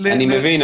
אני מבין,